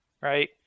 right